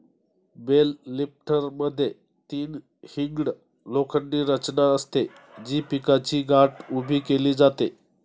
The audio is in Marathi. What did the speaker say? बेल लिफ्टरमध्ये तीन हिंग्ड लोखंडी रचना असते, जी पिकाची गाठ उभी केली जाते